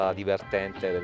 divertente